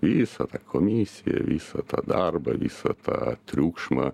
visą tą komisiją visą tą darbą visą tą triukšmą